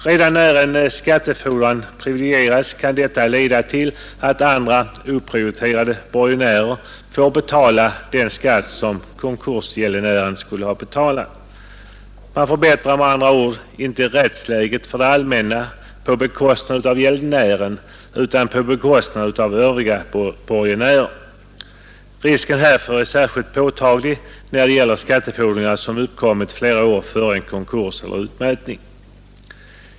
Redan när en skattefordran privilegieras kan detta lätt leda till att andra oprioriterade borgenärer får betala den skatt som konkursgäldenären skulle ha betalat. Man förbättrar med andra ord inte rättsläget för det allmänna på bekostnad av gäldenären utan på bekostnad av övriga borgenärer. Risken härför är särskilt påtaglig, när det gäller skattefordringar som uppkommit flera år före en konkurs eller utmätning.